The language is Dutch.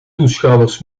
toeschouwers